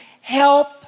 help